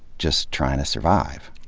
just trying to survive.